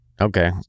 Okay